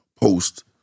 post